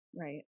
right